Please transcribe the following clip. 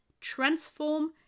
transform